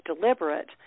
deliberate